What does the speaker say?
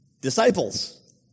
disciples